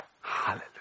Hallelujah